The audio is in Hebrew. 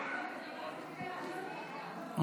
ומקומות ציבוריים,